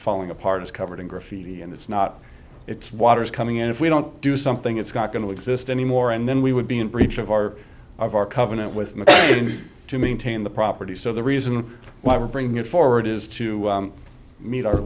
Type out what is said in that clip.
falling apart is covered in graffiti and it's not it's water's coming in if we don't do something it's got going to exist anymore and then we would be in breach of our of our covenant with me to maintain the property so the reason why we're bringing it forward is to meet